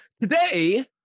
today